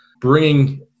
bringing